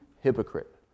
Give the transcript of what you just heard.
hypocrite